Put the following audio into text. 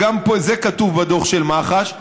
וגם זה כתוב בדוח של מח"ש,